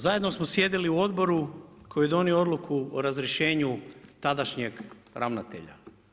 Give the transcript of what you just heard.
Zajedno smo sjedili u odboru koji je donio odluku o razrješenju tadašnjeg ravnatelja.